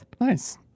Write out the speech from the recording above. Nice